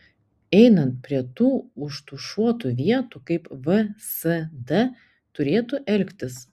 einant prie tų užtušuotų vietų kaip vsd turėtų elgtis